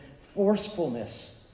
forcefulness